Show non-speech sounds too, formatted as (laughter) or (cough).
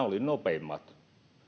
(unintelligible) olivat nopeimmat